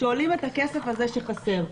שעולים את הכסף הזה שחסר.